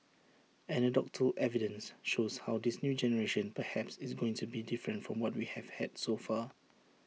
anecdotal evidence shows how this new generation perhaps is going to be different from what we have had so far